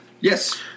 Yes